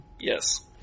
Yes